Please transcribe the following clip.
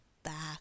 back